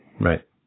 Right